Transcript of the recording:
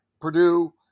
Purdue